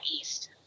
East